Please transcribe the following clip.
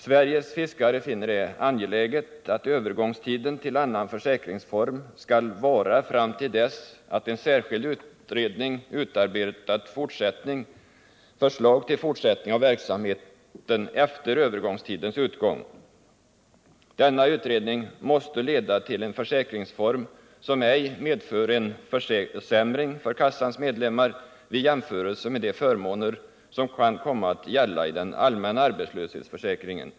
Sveriges fiskare finner det angeläget att tiden för övergång till en annan försäkringsform skall vara fram till dess att en särskild utredning utarbetat förslag till en fortsättning av verksamheten efter övergångstidens utgång. Denna utredning måste leda till en försäkringsform, som ej medför en försämring för kassans medlemmar i jämförelse med de förmåner som kan komma att gälla i den allmänna arbetslöshetsförsäkringen.